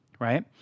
right